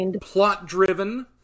plot-driven